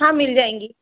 हाँ मिल जाएगी